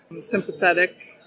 sympathetic